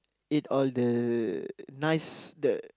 eat all the nice the